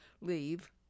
leave